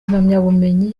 impamyabumenyi